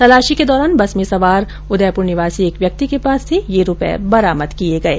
तलाशी के दौरान बस में सवार उदयपुर निवासी एक व्यक्ति के पास ये रूपये बरामद किये गये